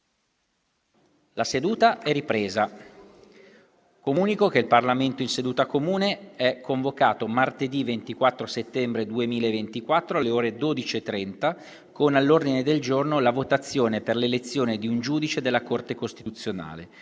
una nuova finestra"). Comunico che il Parlamento in seduta comune è convocato martedì 24 settembre 2024, alle ore 12,30, con all'ordine del giorno la votazione per l'elezione di un giudice della Corte costituzionale.